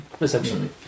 essentially